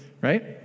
right